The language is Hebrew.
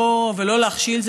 ולא להכשיל,